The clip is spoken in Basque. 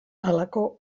halako